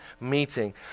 meeting